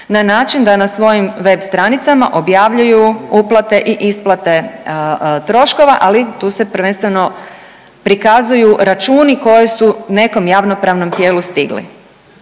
na način da na svojim web stranicama objavljuju uplate i isplate troškova, ali tu se prvenstveno prikazuju računi koji su nekom javnopravnom tijelu stigli.